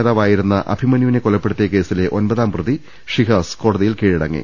നേതാവായിരുന്ന അഭി മന്യുവിനെ കൊലപ്പെടുത്തിയ കേസിലെ ഒൻപതാംപ്രതി ഷിഹാസ് കോട തിയിൽ കീഴടങ്ങി